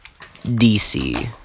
DC